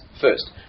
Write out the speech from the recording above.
first